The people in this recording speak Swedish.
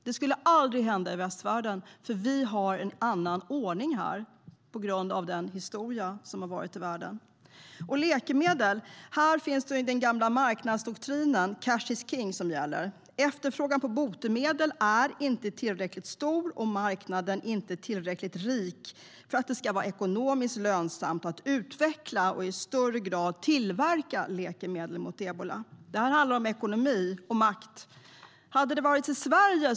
Det skulle aldrig hända i västvärlden eftersom vi har en annan ordning här på grund av den historia som vi har i världen. När det gäller läkemedel är det den gamla marknadsdoktrinen, cash is king, som gäller. Efterfrågan på botemedel är inte tillräckligt stor och marknaden inte tillräckligt rik för att det ska vara ekonomiskt lönsamt att utveckla och i större utsträckning tillverka läkemedel mot ebola. Det här handlar om ekonomi och makt.